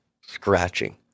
scratching